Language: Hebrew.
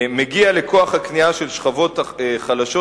מגיע לכוח הקנייה של שכבות חלשות,